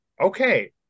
okay